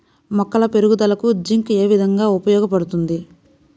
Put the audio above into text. మొక్కల పెరుగుదలకు జింక్ ఏ విధముగా ఉపయోగపడుతుంది?